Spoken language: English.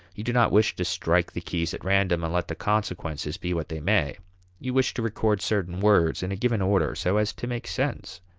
you do not wish to strike the keys at random and let the consequences be what they may you wish to record certain words in a given order so as to make sense.